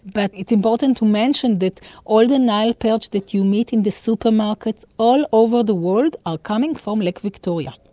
but it's important to mention that all the nile perch that you meet in the supermarkets all over the world are coming from lake victoria.